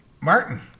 Martin